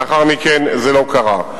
לאחר מכן זה לא קרה.